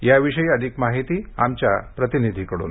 या विषयी अधिक माहिती आमच्या प्रतिनिधीकडून